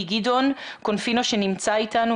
מגדעון קונפינו שנמצא איתנו,